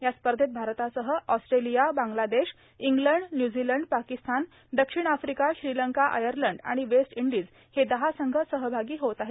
या स्पर्धेत भारतासह Australia Bangladesh England New Zealand Pakistan दक्षिण आफ्रिका श्रीलंका आयर्लंड आणि वेस्ट इंडिज हे दहा संघ सहभागी होत आहेत